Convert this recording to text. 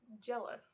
jealous